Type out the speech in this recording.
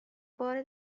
بار